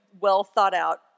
well-thought-out